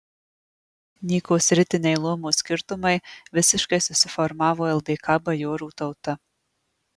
nyko sritiniai luomo skirtumai visiškai susiformavo ldk bajorų tauta